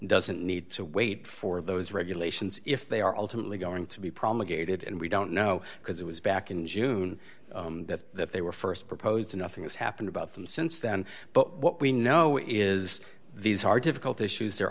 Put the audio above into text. doesn't need to wait for those regulations if they are ultimately going to be promulgated and we don't know because it was back in june that they were st proposed nothing has happened about them since then but what we know is these are difficult issues there